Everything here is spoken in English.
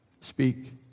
speak